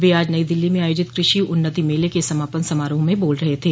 वह आज नई दिल्ली में आयोजित कृषि उन्नति मेले के समापन समारोह में बोल रहे थे